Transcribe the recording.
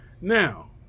Now